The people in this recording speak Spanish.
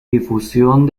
difusión